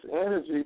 energy